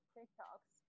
TikToks